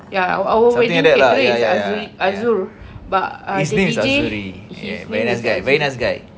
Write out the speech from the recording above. ya our our wedding take place azuri azur but uh the D_J his name is azuri